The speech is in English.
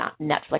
Netflix